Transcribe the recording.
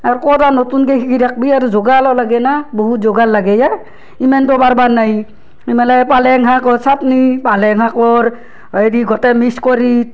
R ক'ত আৰু নতুনকৈ শিকি থাকিবি আৰু যোগাৰো লাগেন বহুত যোগাৰ লাগে এই ইমানটো পাৰবাৰ নাই ইমেলে পালেং শাকৰ চাটনী পালেং শাকৰ হেৰি গোটেই মিক্স কৰি